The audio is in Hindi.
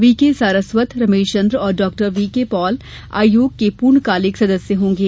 वी के सारस्वत रमेश चन्द और डॉक्टर वीके पॉल आयोग के पूर्णकालिक सदस्य होंगे